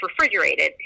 refrigerated